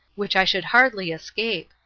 which i should hardly escape.